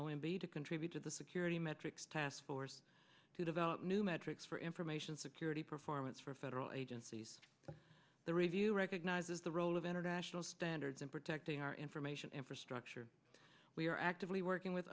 m b to contribute to the security metrics taskforce to develop new metrics for information security performance for federal agencies the review recognizes the role of international standards in protecting our information infrastructure we are actively working with